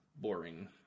boring